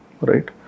right